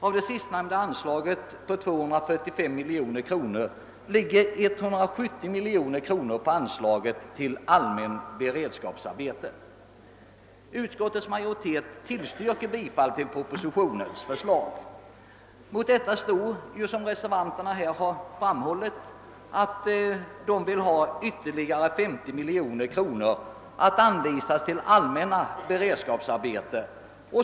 Av beloppet 245 miljoner kronor ligger 170 miljoner kronor på anslaget till allmänna beredskapsarbeten. Utskottets majoritet tillstyrker bifall till propositionens förslag. Reservanterna vill ha ytterligare 50 miljoner kronor anvisade till allmänna beredskaps arbeten.